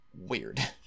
weird